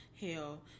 Hell